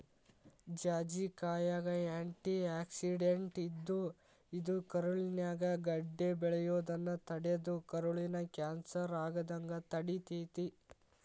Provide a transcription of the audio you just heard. ಜಾಜಿಕಾಯಾಗ antioxidant ಇದ್ದು, ಇದು ಕರುಳಿನ್ಯಾಗ ಗಡ್ಡೆ ಬೆಳಿಯೋದನ್ನ ತಡದು ಕರುಳಿನ ಕ್ಯಾನ್ಸರ್ ಆಗದಂಗ ತಡಿತೇತಿ